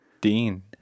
Dean